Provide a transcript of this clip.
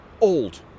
old